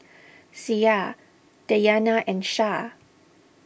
Syah Dayana and Shah